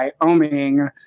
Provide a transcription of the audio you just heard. Wyoming